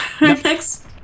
Next